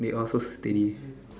they all so steady